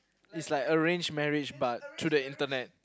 is like arranged marriage but through the internet